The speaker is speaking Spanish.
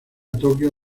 tokio